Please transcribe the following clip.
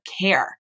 care